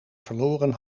verloren